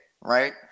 right